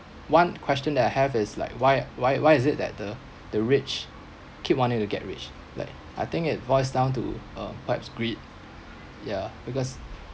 one question that I have is like why why why is it that the the rich keep wanting to get rich like I think it boils down to uh perhaps greed yeah because